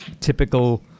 typical